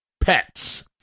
pets